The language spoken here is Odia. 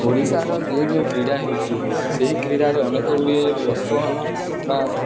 ଓଡ଼ିଶାର ଯେଉଁ ଯେଉଁ କ୍ରୀଡ଼ା ହେଉଛି ସେହି କ୍ରୀଡ଼ାରେ ଅନେକଗୁଡ଼ିଏ ପ୍ରୋତ୍ସାହନ ବା